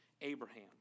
Abraham